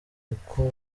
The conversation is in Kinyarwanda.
uko